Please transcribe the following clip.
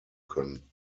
können